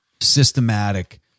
systematic